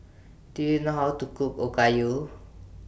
Do YOU know How to Cook Okayu